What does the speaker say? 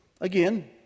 Again